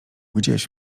gdzieś